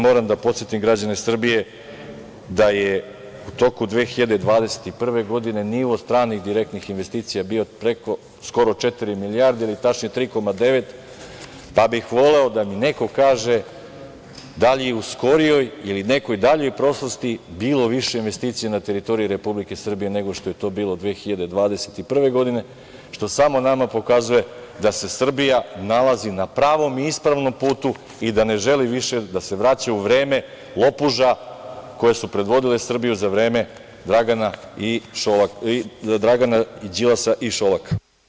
Moram da podsetim građane Srbije da je u toku 2021. godine nivo stranih direktnih investicija bio skoro četiri milijarde ili tačnije 3,9 milijardi, pa bih voleo da mi neko kaže da li je u skorijoj ili u nekoj daljoj prošlosti bilo više investicija na teritoriji Republike Srbije nego što je to bilo 2021. godine, što samo nama pokazuje da se Srbija nalazi na pravom i ispravnom putu i da ne želi više da se vraća u vreme lopuža koje su predvodile Srbiju za vreme Dragana Đilasa i Šolaka?